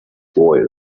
boy